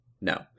No